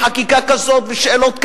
בחקיקה כזאת ושאלות כאלה,